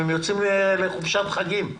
הרשויות יוצאות לחופשת חגים.